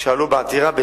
שעלו בעתירה.